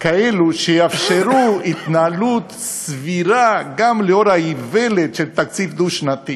כאלו שיאפשרו התנהלות סבירה גם לנוכח האיוולת של תקציב דו-שנתי.